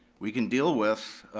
we can deal with.